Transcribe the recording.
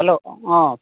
hello অঁ